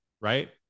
right